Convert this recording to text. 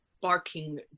barking